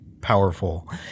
powerful